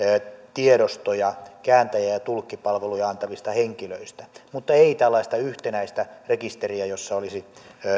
tiedostoja kääntäjä ja tulkkipalveluja antavista henkilöistä mutta ei tällaista yhtenäistä rekisteriä jossa olisi